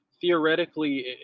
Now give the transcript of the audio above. theoretically